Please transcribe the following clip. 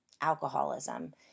alcoholism